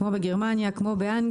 כמו בגרמניה או כמו באנגליה.